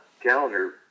calendar